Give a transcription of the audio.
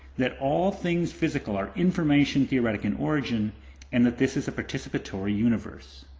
that all things physical are information theoretic in origin and that this is a participatory universe.